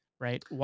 right